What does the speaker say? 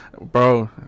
bro